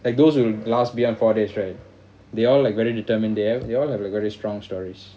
like those who last beyond four days right they all like very determined they hav~ they all they all have like very strong stories